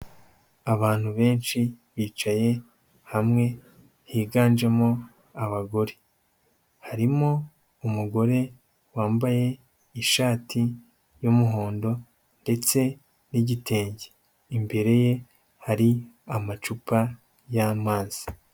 Abantu benshi bicaye hamwe, higanjemo abagore, harimo umugore wambaye ishati y'umuhondo ndetse n'igitenge, imbere ye hari amacupa y'amazi.